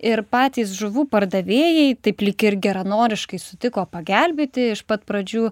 ir patys žuvų pardavėjai taip lyg ir geranoriškai sutiko pagelbėti iš pat pradžių